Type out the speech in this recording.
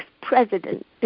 president